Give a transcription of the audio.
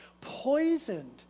poisoned